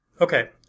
Okay